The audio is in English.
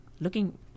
looking